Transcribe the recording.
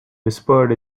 whispered